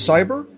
Cyber